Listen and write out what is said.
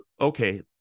okay